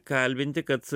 kalbinti kad